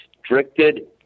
restricted